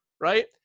right